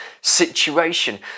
situation